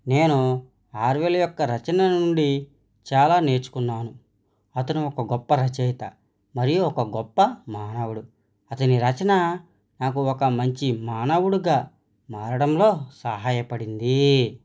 నేను ఆర్వెల్ యొక్క రచనల నుండి చాలా నేర్చుకున్నాను అతను ఒక గొప్ప రచయిత మరియు ఒక గొప్ప మానవుడు అతని రచనా నాకు ఒక మంచి మానవుడిగా మారడంలో సహాయపడింది